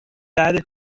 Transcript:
بعده